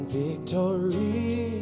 victory